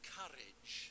courage